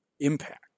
impact